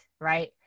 Right